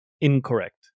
Incorrect